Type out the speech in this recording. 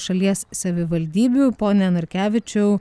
šalies savivaldybių pone narkevičiau